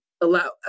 allow